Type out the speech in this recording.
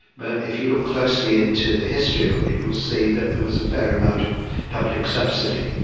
but if you look closely into the history of it you'll see that there was a fair amount of public subsidy.